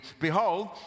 behold